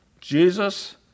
Jesus